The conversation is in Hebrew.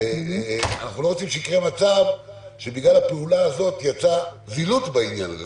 אנחנו לא רוצים שיקרה מצב שבגלל הפעולה הזאת יצאה זילות בעניין הזה.